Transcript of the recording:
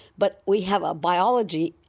but we have a biology,